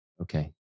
Okay